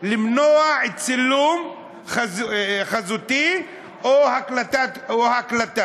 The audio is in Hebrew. שנמנע צילום חזותי או הקלטה.